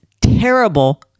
terrible